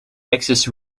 excess